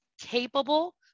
capable